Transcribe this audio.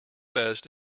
best